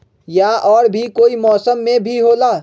या और भी कोई मौसम मे भी होला?